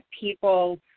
people